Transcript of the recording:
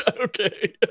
Okay